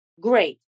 great